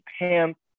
pants